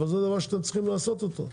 אבל זה דבר שאתם צריכים לעשות אותו.